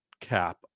cap